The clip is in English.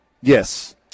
Yes